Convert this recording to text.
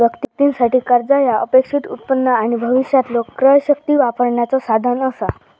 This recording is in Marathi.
व्यक्तीं साठी, कर्जा ह्या अपेक्षित उत्पन्न आणि भविष्यातलो क्रयशक्ती वापरण्याचो साधन असा